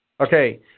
Okay